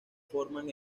forman